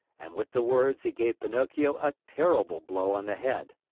and with the words, he gave pinocchio a terrible blow on the head.